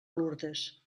lourdes